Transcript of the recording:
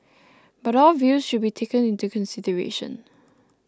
but all views should be taken into consideration